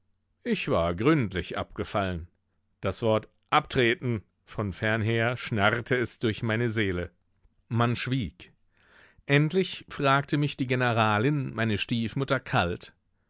ich war gründlich abgefallen das wort abtreten von fernher schnarrte es durch meine seele man schwieg endlich fragte mich die generalin meine stiefmutter kalt